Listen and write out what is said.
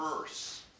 verse